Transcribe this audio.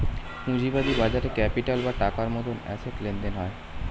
পুঁজিবাদী বাজারে ক্যাপিটাল বা টাকার মতন অ্যাসেট লেনদেন হয়